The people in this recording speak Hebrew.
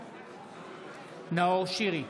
בעד נאור שירי,